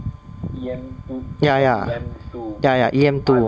ya ya ya ya E_M two